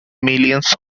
millions